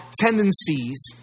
tendencies